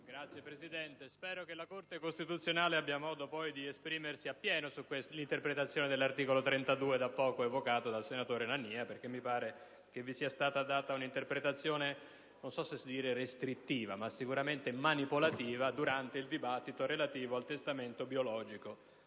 Signor Presidente, spero che la Corte costituzionale avrà modo di esprimersi appieno sull'interpretazione dell'articolo 32 da poco evocata dal senatore Nania, perché mi pare che ne sia stata data una interpretazione non so se dire restrittiva ma sicuramente manipolativa durante il dibattito relativo al testamento biologico,